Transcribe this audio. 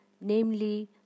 namely